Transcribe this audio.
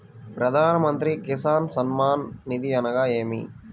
ప్రధాన మంత్రి కిసాన్ సన్మాన్ నిధి అనగా ఏమి?